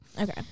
Okay